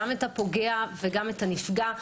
גם את הפוגע וגם את הנפגע,